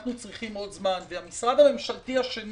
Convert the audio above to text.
אנחנו צריכים עוד זמן, והמשרד הממשלתי השני